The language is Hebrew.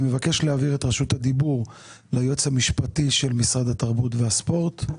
אני מבקש להעביר את רשות הדיבור ליועץ המשפטי של משרד התרבות והספורט.